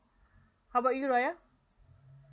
how about you raya